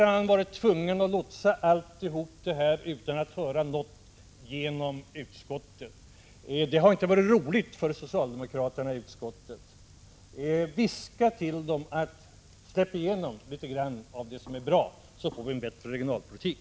Han har varit tvungen att lotsa igenom allt detta i utskottet utan att höra något positivt. Det har inte varit roligt för socialdemokraterna i utskottet. Viska till dem: Släpp igenom litet grand av det som är bra, så får vi en bättre regionalpolitik.